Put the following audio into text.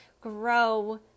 grow